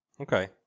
Okay